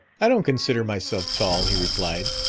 i don't consider myself tall, he replied.